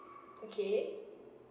okay